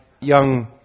young